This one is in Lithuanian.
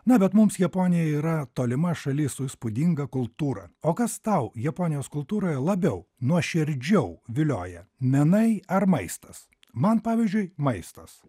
na bet mums japonija yra tolima šalis su įspūdinga kultūra o kas tau japonijos kultūroje labiau nuoširdžiau vilioja menai ar maistas man pavyzdžiui maistas